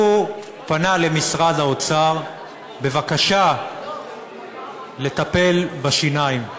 הוא פנה למשרד האוצר בבקשה לטפל בשיניים,